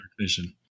vision